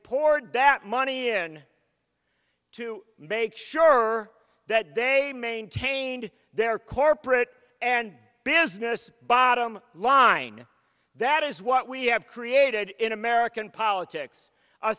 poured that money in to make sure that they maintained their corporate and business bottom line that is what we have created in american politics a